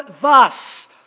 thus